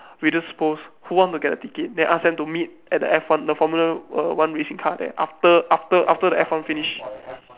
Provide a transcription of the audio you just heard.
we just post who want to get the ticket then ask them to meet at the F one the formula one racing car there after after after the F one finish